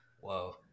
Whoa